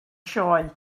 sioe